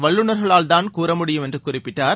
வல்லுநர்களால்தான் கூற முடியும் என்று குறிப்பிட்டார்